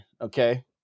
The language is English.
okay